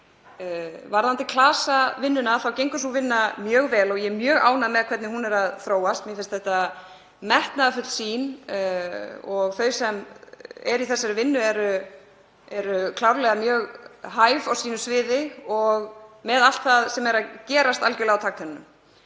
Varðandi klasavinnuna þá gengur sú vinna mjög vel og ég er mjög ánægð með hvernig hún er að þróast. Mér finnst þetta metnaðarfull sýn og þau sem eru í þeirri vinnu eru klárlega mjög hæf á sínu sviði og varðandi allt það sem er að gerast. Ég hlakka til